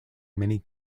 many